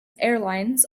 airlines